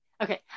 Okay